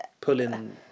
pulling